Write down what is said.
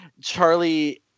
Charlie –